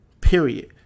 period